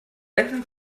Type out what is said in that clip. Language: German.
essen